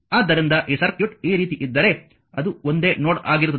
ಆದ್ದರಿಂದ ಈ ಸರ್ಕ್ಯೂಟ್ ಈ ರೀತಿ ಇದ್ದರೆ ಅದು ಒಂದೇ ನೋಡ್ ಆಗಿರುತ್ತದೆ